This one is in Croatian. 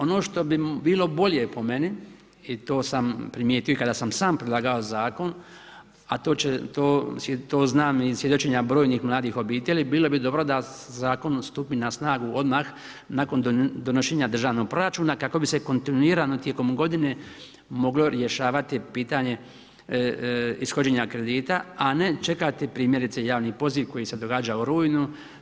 Ono što bi bilo bolje po meni i to sam primijetio i kada sam sam predlagao zakon, a to znam iz svjedočenja brojnih mladih obitelji bilo bi dobro da zakon stupi na snagu odmah nakon donošenja državnog proračuna kako bi se kontinuirano tijekom godine moglo rješavati pitanje ishođenja kredita, a ne čekati primjerice javni poziv koji se događa u rujnu.